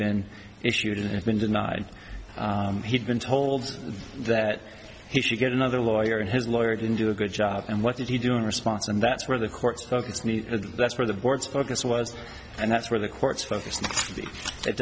been issued and been denied he'd been told that he should get another lawyer and his lawyer didn't do a good job and what did he do in response and that's where the court's focused me that's where the board's focus was and that's where the court's focused